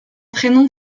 prénom